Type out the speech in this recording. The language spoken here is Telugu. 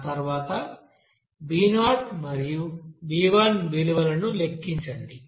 ఆ తర్వాత b0 మరియు b1 విలువలను లెక్కించండి